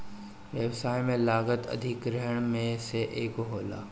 व्यवसाय में लागत अधिग्रहण में से एगो होला